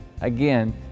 Again